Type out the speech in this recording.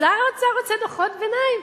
שר האוצר רוצה דוחות ביניים.